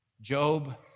Job